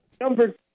Number